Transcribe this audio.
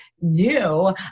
new